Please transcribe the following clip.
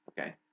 Okay